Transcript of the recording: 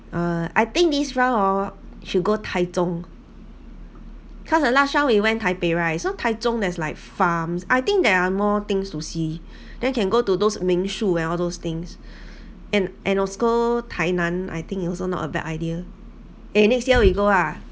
uh I think this round oh should go taichung because the last time we went taipei right so taichung there has like farms I think there are more things to see then can go to those ming su and all those things and and also go tainan I think also not a bad idea eh next year we go ah